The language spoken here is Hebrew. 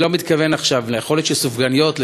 יכול להיות שסופגניות,